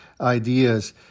ideas